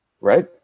Right